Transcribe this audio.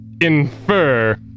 infer